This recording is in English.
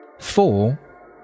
four